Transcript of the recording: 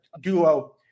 duo